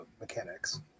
mechanics